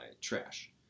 trash